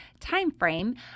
timeframe